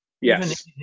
Yes